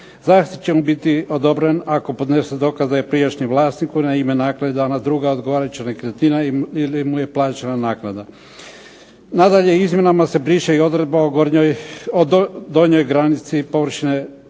Zagrebu. ... biti odobren ako podnese dokaz da je prijašnjem vlasniku na ime ... neka druga odgovarajuća nekretnina ili mu je plaćena naknada. Nadalje, izmjenama se briše i odredba o donjoj granici površine